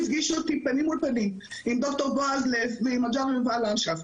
לגבי כל ניסוי ולגבי כל מחקר,